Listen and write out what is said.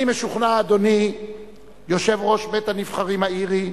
אני משוכנע, אדוני יושב-ראש בית-הנבחרים האירי,